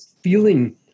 feeling